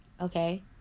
okay